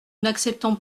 n’acceptons